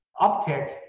uptick